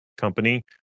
company